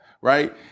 right